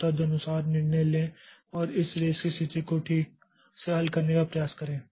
और तदनुसार निर्णय लें और इस रेस की स्थिति को ठीक से हल करने का प्रयास करें